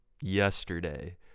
yesterday